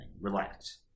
relax